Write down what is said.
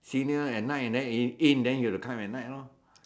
senior at night and in then you have to come at night lor